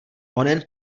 onen